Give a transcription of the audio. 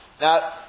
now